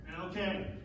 Okay